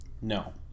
No